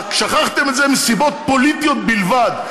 שכחתם את זה מסיבות פוליטיות בלבד,